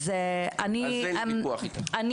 חד משמעית, על זה אין וויכוח איתך.